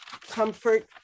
comfort